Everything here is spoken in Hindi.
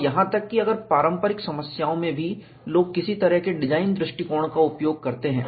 और यहां तक कि अगर पारंपरिक समस्याओं में भी लोग किसी तरह के डिजाइन दृष्टिकोण का उपयोग करते हैं